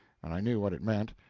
and i knew what it meant.